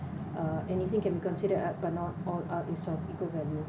uh anything can be considered art but not all art is of equal value